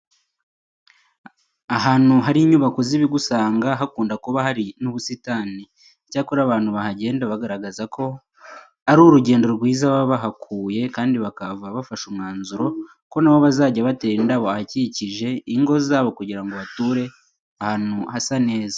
Ahantu hari inyubako z'ibigo usanga hakunda kuba hari n'ubusitani. Icyakora, abantu bahagenda bagaragaza ko ari urugero rwiza baba bahakuye kandi bahava bafashe umwanzuro ko na bo bazajya batera indabo ahakikije ingo zabo kugira ngo bature ahantu hasa neza.